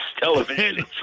television